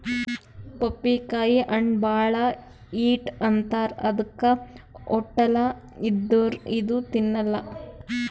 ಪಪ್ಪಿಕಾಯಿ ಹಣ್ಣ್ ಭಾಳ್ ಹೀಟ್ ಅಂತಾರ್ ಅದಕ್ಕೆ ಹೊಟ್ಟಲ್ ಇದ್ದೋರ್ ಇದು ತಿನ್ನಲ್ಲಾ